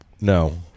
no